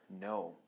No